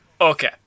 Okay